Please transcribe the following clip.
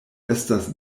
estas